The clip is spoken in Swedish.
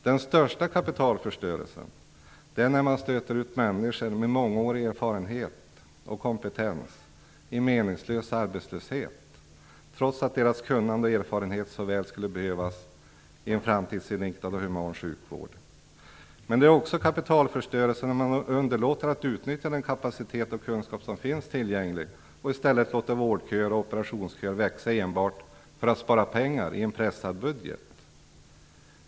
Den största kapitalförstörelsen sker när man stöter ut människor med mångårig erfarenhet och kompetens i meningslös arbetslöshet, trots att deras kunnande och erfarenhet så väl skulle behövas i en framtidsinriktad och human sjukvård. Men det är också kapitalförstörelse när man underlåter att utnyttja den kapacitet och kunskap som finns tillgänglig och i stället låter vårdköer och operationsköer växa enbart för att spara pengar i en pressad budget.